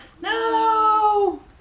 No